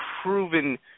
proven